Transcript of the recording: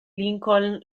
lincoln